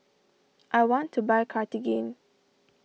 I want to buy Cartigain